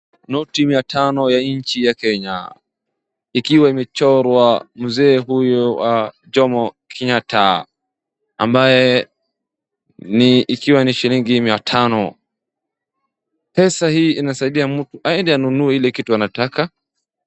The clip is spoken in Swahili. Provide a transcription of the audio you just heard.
Noti mia tano ya nchi ya Kenya ikiwa imechorwa mzee huyo Jomo Kenyatta ambaye ni ikiwa ni shilingi mia tano. Pesa hii inasaidia mtu aende anunue ile kitu anataka.